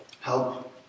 Help